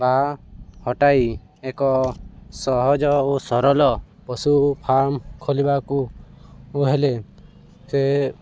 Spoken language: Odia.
ବା ହଟାଇ ଏକ ସହଜ ଓ ସରଲ ପଶୁ ଫାର୍ମ ଖୋଲିବାକୁ ହେଲେ ସେ